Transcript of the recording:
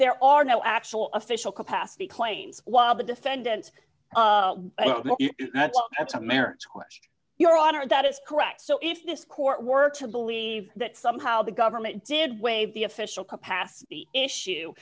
there are no actual official capacity claims while the defendant ameriquest your honor that is correct so if this court were to believe that somehow the government did waive the official capacity issue